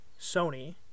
Sony